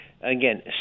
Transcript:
Again